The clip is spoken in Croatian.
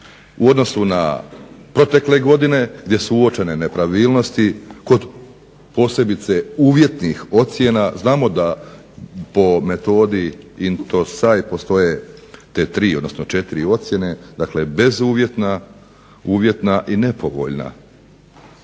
u odnosu na protekle godine gdje su uočene nepravilnosti kod posebice uvjetnih ocjena. Znamo da po metodi INTO SAIL postoje te tri, odnosno četiri ocjene. Dakle, bezuvjetna, uvjetna i nepovoljna